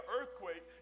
earthquake